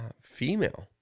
female